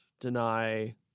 Deny